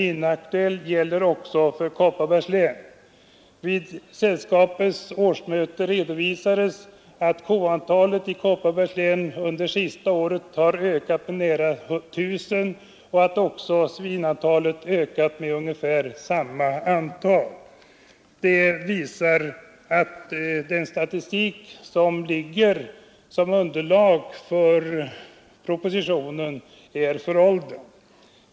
Detta gäller också siffrorna för Kopparbergs län. Vid Hushållningssällskapets årsmöte redovisades att koantalet i Kopparbergs län under det senaste året har ökat med nära 1 000 och att svinantalet har ökat med ungefär samma siffra. Det visar att den statistik som utgör underlag för propositionen är föråldrad.